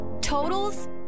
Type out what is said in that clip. Totals